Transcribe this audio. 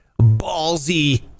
ballsy